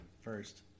First